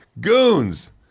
Goons